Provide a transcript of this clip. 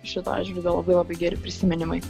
šituo atžvilgiu labai labai geri prisiminimai